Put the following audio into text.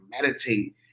meditate